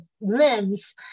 limbs